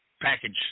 package